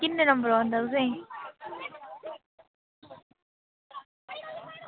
किन्ने नंबर औंदा तुसेंगी